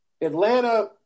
Atlanta